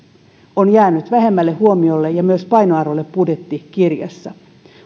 on jäänyt vähemmälle huomiolle ja myös painoarvolle budjettikirjassa